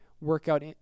workout